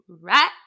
right